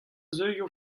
zeuio